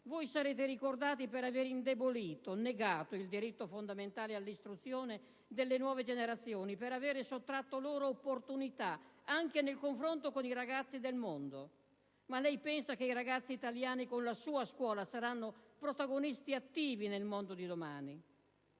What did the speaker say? Voi sarete ricordati per aver indebolito, negato il diritto fondamentale all'istruzione delle nuove generazioni, per avere sottratto loro opportunità anche nel confronto con i ragazzi del mondo. Ma lei pensa che i ragazzi italiani, con la sua scuola, saranno protagonisti attivi nel mondo di domani?